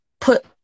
put